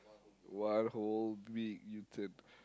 one whole big U-turn